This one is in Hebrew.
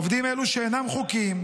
עובדים אלו, שאינם חוקיים,